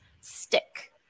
stick